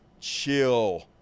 chill